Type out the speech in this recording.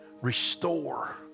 restore